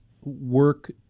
work